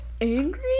angry